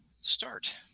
start